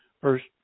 first